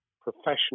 professional